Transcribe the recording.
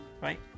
right